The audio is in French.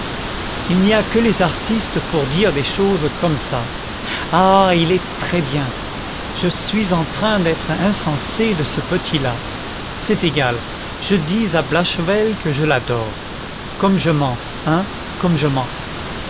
il n'y a que les artistes pour dire des choses comme ça ah il est très bien je suis en train d'être insensée de ce petit là c'est égal je dis à blachevelle que je l'adore comme je mens hein comme je mens